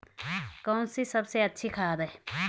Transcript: कौन सी सबसे अच्छी खाद है?